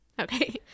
Okay